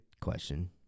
question